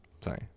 Sorry